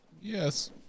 Yes